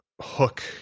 hook